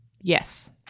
Yes